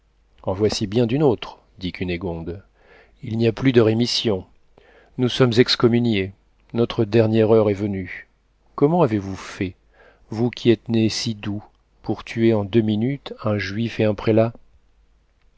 en voici bien d'une autre dit cunégonde il n'y a plus de rémission nous sommes excommuniés notre dernière heure est venue comment avez-vous fait vous qui êtes né si doux pour tuer en deux minutes un juif et un prélat